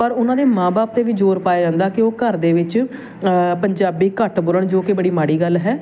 ਪਰ ਉਹਨਾਂ ਦੇ ਮਾਂ ਬਾਪ 'ਤੇ ਵੀ ਜੋਰ ਪਾਇਆ ਜਾਂਦਾ ਕਿ ਉਹ ਘਰ ਦੇ ਵਿੱਚ ਪੰਜਾਬੀ ਘੱਟ ਬੋਲਣ ਜੋ ਕਿ ਬੜੀ ਮਾੜੀ ਗੱਲ ਹੈ